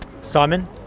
Simon